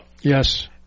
Yes